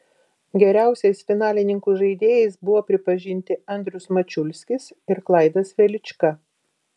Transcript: geriausiais finalininkų žaidėjais buvo pripažinti andrius mačiulskis ir klaidas velička